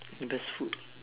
best food